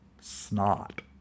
Snot